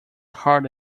hard